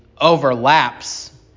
overlaps